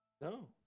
No